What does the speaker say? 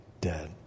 dead